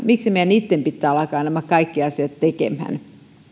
miksi heidän itsensä pitää alkaa nämä kaikki asiat tekemään